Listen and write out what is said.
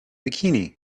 bikini